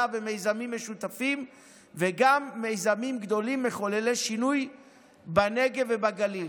במיזמים משותפים וגם במיזמים גדולים מחוללי שינוי בנגב ובגליל.